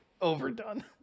overdone